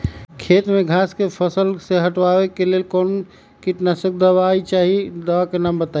खेत में घास के फसल से हटावे के लेल कौन किटनाशक दवाई चाहि दवा का नाम बताआई?